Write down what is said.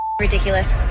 ridiculous